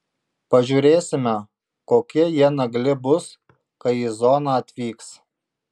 pažiūrėsime kokie jie nagli bus kai į zoną atvyks